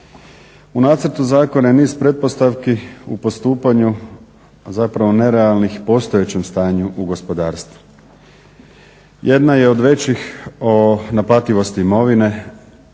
U nacrtu zakona je niz pretpostavki u postupanju, a zapravo nerealnih postojećem stanju u gospodarstvu. Jedna je od većih o naplativosti imovine